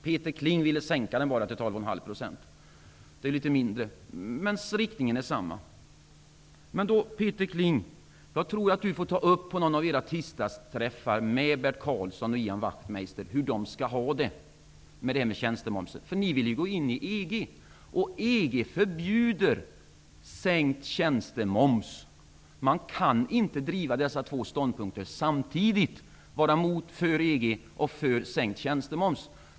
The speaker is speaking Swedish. Peter Kling ville bara sänka den till ca 12,5 %. Det är litet mindre, men riktningen är densamma. Jag tror att Peter Kling på någon av Ny demokratis tisdagsträffar får ta upp med Bert Karlsson och Ian Wachtmeister hur de skall ha det med tjänstemomsen. Ni vill ju gå in i EG. EG förbjuder sänkt tjänstemoms. Man kan inte driva dessa två ståndpunkter samtidigt, vara för EG och för sänkt tjänstemoms.